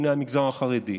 בני המגזר החרדי.